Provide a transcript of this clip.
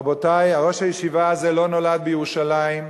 רבותי, ראש הישיבה הזה לא נולד בירושלים,